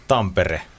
Tampere